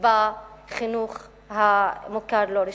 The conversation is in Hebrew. בחינוך המוכר והלא-רשמי.